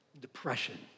depression